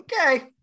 okay